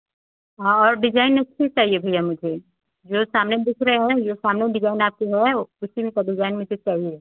हाँ और डिजाइन अच्छी चाहिए भाया मुझे जो सामने दिख रहे हैं जो सामने डिजाइन आपके है उसी में का डिजाइन मुझे चाहिए